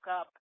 up